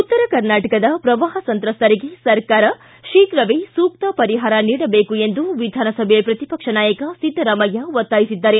ಉತ್ತರ ಕರ್ನಾಟಕದ ಪ್ರವಾಹ ಸಂತ್ರಸ್ತರಿಗೆ ಸರ್ಕಾರ ಶೀಘವೇ ಸೂಕ್ತ ಪರಿಹಾರ ನೀಡಬೇಕು ಎಂದು ವಿಧಾನಸಭೆಯ ಪ್ರತಿಪಕ್ಷ ನಾಯಕ ಸಿದ್ದರಾಮಯ್ಯ ಒತ್ತಾಯಿದ್ದಾರೆ